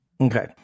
okay